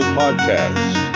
podcast